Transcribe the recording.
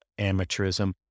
amateurism